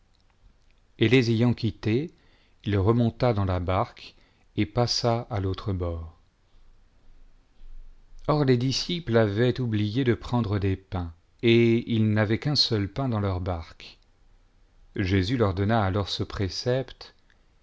et les ayant quittés il remonta dans la barque et passa à l'autre bord or les disciples avaient oublié de prendre des pains et ils n'avaient qu'un seul pain dans leur barque jésus leur donna alors ce précepte